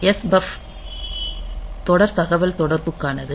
S பஃப் தொடர் தகவல்தொடர்புக்கானது